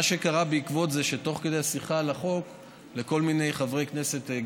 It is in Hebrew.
מה שקרה בעקבות זה הוא שתוך כדי השיחה על החוק היו לכל מיני חברי כנסת,